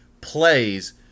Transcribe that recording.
plays